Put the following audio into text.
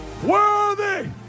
Worthy